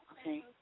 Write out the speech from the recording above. Okay